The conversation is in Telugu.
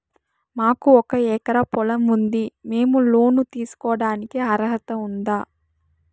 మాకు ఒక ఎకరా పొలం ఉంది మేము లోను తీసుకోడానికి అర్హత ఉందా